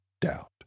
doubt